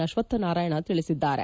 ಅಶ್ವಕ್ಥ ನಾರಾಯಣ ತಿಳಿಸಿದ್ದಾರೆ